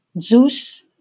Zeus